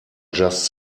just